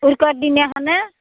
উৰুকাৰ দিনাখনহে